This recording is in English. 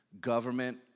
government